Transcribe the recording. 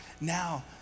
Now